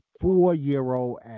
four-year-old